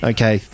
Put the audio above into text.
Okay